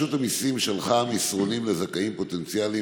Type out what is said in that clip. רשות המיסים שלחה מסרונים לזכאים פוטנציאליים